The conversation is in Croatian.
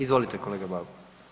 Izvolite kolega Bauk.